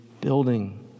building